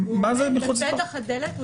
בפתח הדלת,